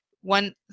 one